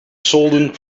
solden